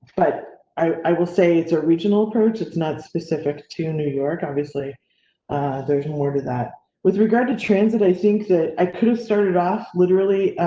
but i will say it's a regional approach. it's not specific to new york. obviously there's more to that with regard to transit. i think that i could have started off literally.